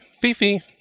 Fifi